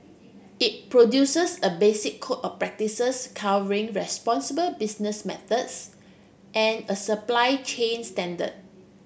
it produces a basic code of practices covering responsible business methods and a supply chain standard